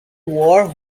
wore